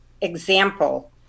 example